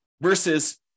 versus